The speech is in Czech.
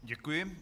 Děkuji.